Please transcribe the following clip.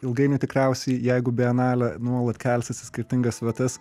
ilgainiui tikriausiai jeigu bienalė nuolat kelsis į skirtingas vietas